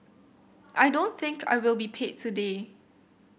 I don't think I will be paid today